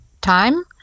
time